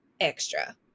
extra